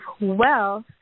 wealth